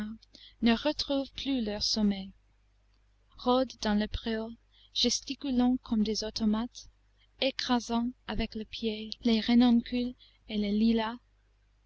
ne retrouvent plus leur sommeil rôdent dans le préau gesticulant comme des automates écrasant avec le pied les renoncules et les lilas